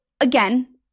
again